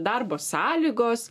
darbo sąlygos